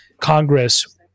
Congress